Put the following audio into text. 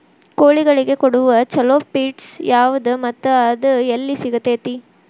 ಕೋಳಿಗಳಿಗೆ ಕೊಡುವ ಛಲೋ ಪಿಡ್ಸ್ ಯಾವದ ಮತ್ತ ಅದ ಎಲ್ಲಿ ಸಿಗತೇತಿ?